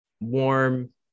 warm